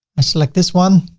i select this one